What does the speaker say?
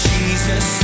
Jesus